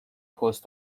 پست